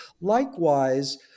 Likewise